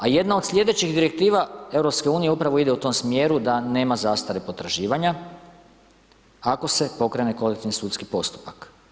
A jedna od sljedećih direktiva EU upravo ide u tom smjeru da nema zastare potraživanja ako se pokrene kolektivni sudski postupak.